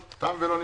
תם ולא נשלם.